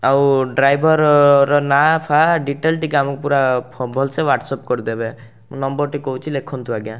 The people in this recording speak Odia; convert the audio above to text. ଆଉ ଡ୍ରାଇଭର୍ର ନାଁ ଫଁ ଡୀଟେଲ୍ ଟିକିଏ ଆମକୁ ପୁରା ଭଲ ସେ ୱ୍ହାଟ୍ସଆପ୍ କରିଦେବେ ମୁଁ ନମ୍ବର୍ଟି କହୁଛି ଲେଖନ୍ତୁ ଆଜ୍ଞା